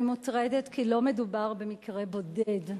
אני מוטרדת כי לא מדובר במקרה בודד,